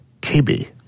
KB